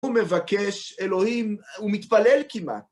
הוא מבקש אלוהים, הוא מתפלל כמעט.